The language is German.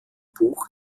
buch